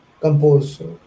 compose